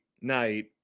night